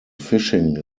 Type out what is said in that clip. fishing